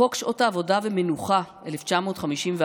חוק שעות עבודה ומנוחה, 1951,